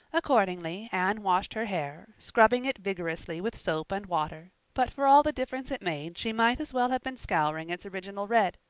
accordingly, anne washed her hair, scrubbing it vigorously with soap and water, but for all the difference it made she might as well have been scouring its original red.